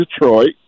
Detroit